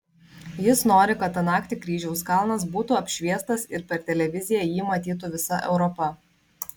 jis nori kad tą naktį kryžiaus kalnas būtų apšviestas ir per televiziją jį matytų visa europa